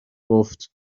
گفت